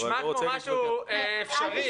נשמע כמו משהו אפשרי.